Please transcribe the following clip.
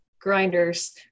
grinders